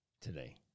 today